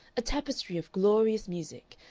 a tapestry of glorious music,